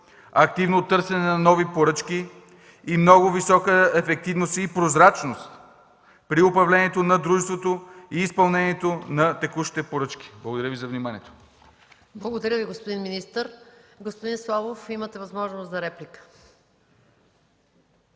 активно търсене на нови поръчки и много висока ефективност и прозрачност при управлението на дружеството и изпълнението на текущите поръчки. Благодаря за вниманието. ПРЕДСЕДАТЕЛ МАЯ МАНОЛОВА: Благодаря, господин министър. Господин Славов, имате възможност за реплика.